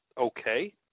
okay